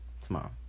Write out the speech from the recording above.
Tomorrow